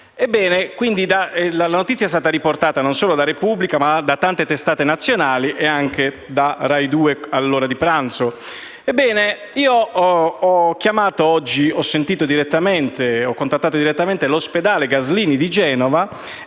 La notizia non è stata riportata solo da quel giornale, ma da tante testate nazionali e anche da RAI2 all'ora di pranzo. Ebbene, io ho contattato direttamente l'ospedale Gaslini di Genova